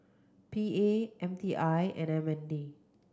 P A M T I and M N D